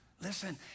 Listen